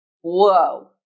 whoa